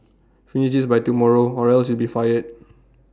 finish this by tomorrow or else you'll be fired